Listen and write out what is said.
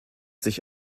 sich